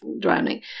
drowning